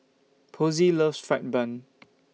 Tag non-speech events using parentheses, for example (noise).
Posey loves Fried Bun (noise)